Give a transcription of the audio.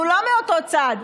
אנחנו לא מאותו צד.